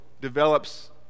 develops